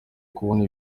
kubona